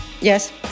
Yes